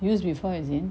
use before as in